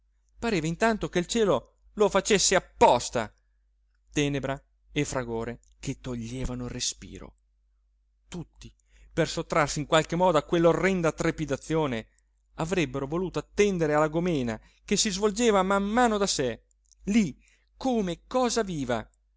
pareva intanto che il cielo lo facesse apposta tenebra e fragore che toglievano il respiro tutti per sottrarsi in qualche modo a quell'orrenda trepidazione avrebbero voluto attendere alla gòmena che si svolgeva man mano da sé lí come cosa viva